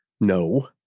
No